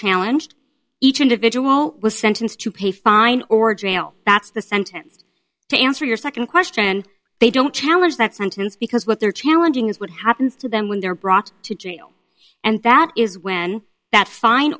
challenge each individual was sentenced to pay fine or jail that's the sentence to answer your second question and they don't challenge that sentence because what they're challenging is what happens to them when they're brought to jail and that is when that fine